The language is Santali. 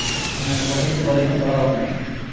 ᱯᱟᱹᱦᱤᱞᱛᱮ ᱵᱟᱹᱞᱤᱧ ᱦᱮᱡ ᱵᱟᱲᱟ ᱠᱟᱱᱟ